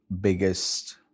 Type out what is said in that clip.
biggest